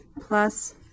plus